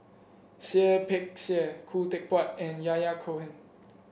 Seah Peck Seah Khoo Teck Puat and Yahya Cohen